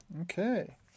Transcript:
Okay